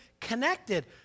connected